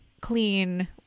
clean